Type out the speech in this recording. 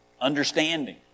understanding